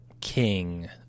king